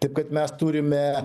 taip kad mes turime